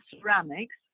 ceramics